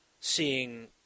seeing